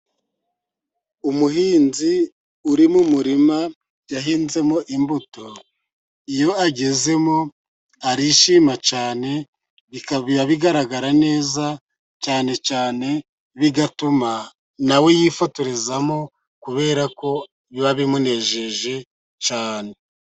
Umuhinzi uri mu murima yahinzemo imbuto, iyo agezemo arishima cyane, bikaba bigaragara neza cyane cyane bituma nawe yifotorezamo, kubera ko biba bimunejeje cyane.